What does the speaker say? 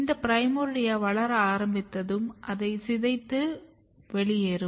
இந்த பிரைமோர்டியா வளர ஆரம்பித்ததும் அது சிதைந்து வெளியேறும்